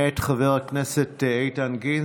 מאת חבר הכנסת איתן גינזבורג,